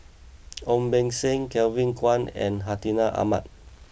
Ong Beng Seng Kevin Kwan and Hartinah Ahmad